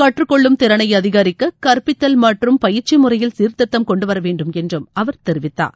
கற்றுக்கொள்ளும் திறனை அதிகரிக்க கற்பித்தல் மற்றம் பயிற்சி முறையில் சீர்திருத்தம் கொண்டுவர வேண்டும் என்றும் அவர் தெரிவித்தார்